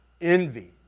envy